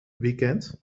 weekend